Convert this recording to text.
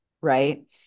right